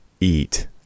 eat